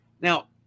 Now